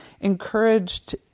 encouraged